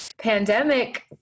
pandemic